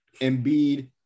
Embiid